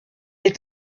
est